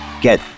get